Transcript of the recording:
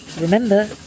Remember